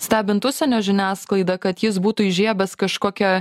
stebint užsienio žiniasklaidą kad jis būtų įžiebęs kažkokią